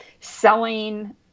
selling